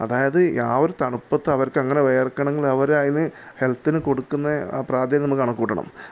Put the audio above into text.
അതായത് ആ ഒരു തണുപ്പത്ത് അവർക്ക് അങ്ങനെ വിയർക്കണമെങ്കിൽ അവർ അതിനു ഹെൽത്തിനു കൊടുക്കുന്ന ആ പ്രാധാന്യം നമ്മൾ കണക്കു കൂട്ടണം